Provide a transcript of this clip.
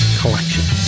collection